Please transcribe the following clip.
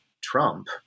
trump